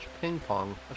ping-pong